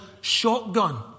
Shotgun